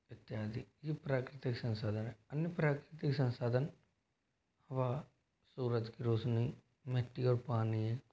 इत्यादि ये प्राकृतिक संसाधनें अन्य प्राकृतिक संसाधन व सूरज की रोशनी मिट्टी और पानी